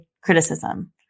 criticism